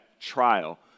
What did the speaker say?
trial